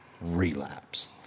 Relapse